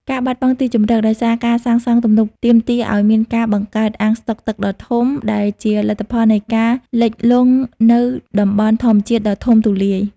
ការបាត់បង់ទីជម្រក ដោយសារការសាងសង់ទំនប់ទាមទារឱ្យមានការបង្កើត អាងស្តុកទឹកដ៏ធំ ដែលជាលទ្ធផលនៃការលិចលង់នូវតំបន់ធម្មជាតិដ៏ធំទូលាយ។